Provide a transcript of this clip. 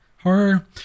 horror